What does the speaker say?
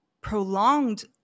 Prolonged